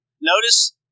Notice